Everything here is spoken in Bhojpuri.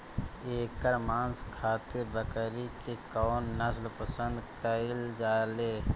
एकर मांस खातिर बकरी के कौन नस्ल पसंद कईल जाले?